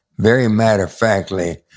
very matter of factly,